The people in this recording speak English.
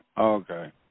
Okay